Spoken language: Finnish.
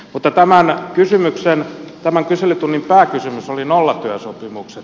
mutta tämän kyselytunnin pääkysymys oli nollatyösopimukset